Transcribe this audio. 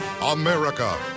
America